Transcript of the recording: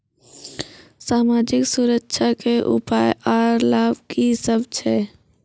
समाजिक सुरक्षा के उपाय आर लाभ की सभ छै?